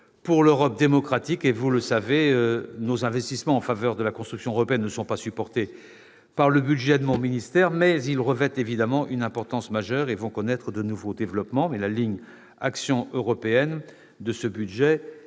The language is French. pour l'Europe démocratique. Vous le savez, nos investissements en faveur de la construction européenne ne sont pas supportés par le budget de mon ministère, mais ils revêtent une importance majeure et connaîtront de nouveaux développements. La ligne action européenne de ce budget est